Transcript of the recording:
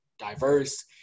diverse